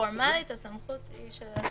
פורמלית הסמכות היא של השרים.